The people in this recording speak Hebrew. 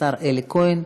השר אלי כהן.